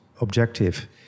objective